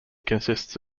consists